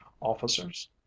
officers